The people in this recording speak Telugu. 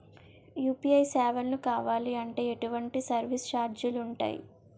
యు.పి.ఐ సేవలను కావాలి అంటే ఎటువంటి సర్విస్ ఛార్జీలు ఉంటాయి?